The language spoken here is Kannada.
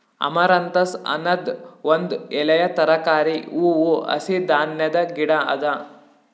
ಅಮರಂಥಸ್ ಅನದ್ ಒಂದ್ ಎಲೆಯ ತರಕಾರಿ, ಹೂವು, ಹಸಿ ಧಾನ್ಯದ ಗಿಡ ಅದಾ